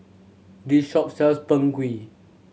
this shop sells Png Kueh